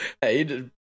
Hey